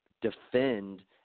defend